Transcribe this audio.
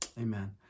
Amen